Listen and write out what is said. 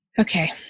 Okay